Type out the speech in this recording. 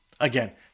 again